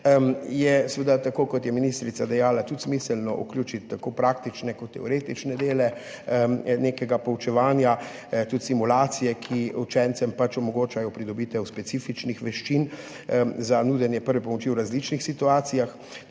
Je pa seveda, kot je ministrica dejala, tudi smiselno vključiti tako praktične kot teoretične dele nekega poučevanja. Tudi simulacije, ki učencem omogočajo pridobitev specifičnih veščin za nudenje prve pomoči v različnih situacijah,